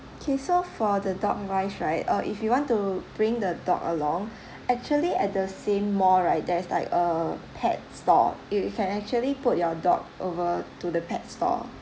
okay so for the dog wise right uh if you want to bring the dog along actually at the same mall right there's like a pet store you can actually put your dog over to the pet store